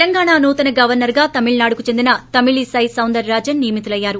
తెలంగాణ నూతన గవర్పర్గా తమిళనాడుకు చెందిన తమిళి సై సౌందర్రాజన్ నియమితులయ్యారు